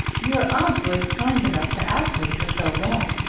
your aunt was kind enough to ask me for so long.